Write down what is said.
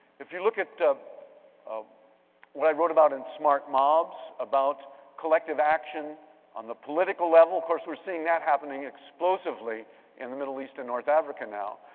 if you look at ah what i wrote about in smart mobs about collective action on the political level. of course, we're seeing that happening explosively in the middle east and north africa now,